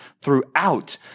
throughout